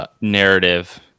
narrative